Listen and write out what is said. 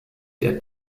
der